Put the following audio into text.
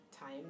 time